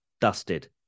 dusted